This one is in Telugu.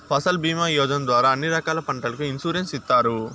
ఫసల్ భీమా యోజన ద్వారా అన్ని రకాల పంటలకు ఇన్సురెన్సు ఇత్తారు